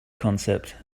concept